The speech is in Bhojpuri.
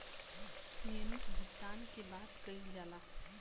नियमित भुगतान के बात कइल जाला